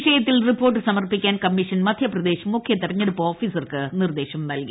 വിഷയത്തിൽ റിപ്പോർട്ട് സമർപ്പിക്കാൻ കമ്മീഷൻ മധ്യപ്രദേശ് മുഖ്യ തെരഞ്ഞെടുപ്പ് ഓഫീസർക്ക് നിർദ്ദേശം നൽകി